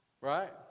right